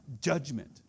judgment